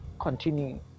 continue